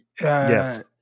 Yes